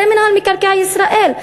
זה מינהל מקרקעי ישראל.